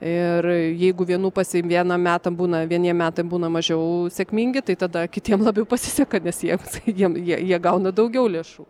ir jeigu vienų pas vieną meta būna vieni metai būna mažiau sėkmingi tai tada kitiem labiau pasiseka nes jiems jie jie gauna daugiau lėšų